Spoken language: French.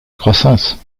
croissance